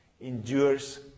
endures